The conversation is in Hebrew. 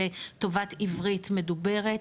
לטובת עברית מדוברת.